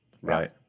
Right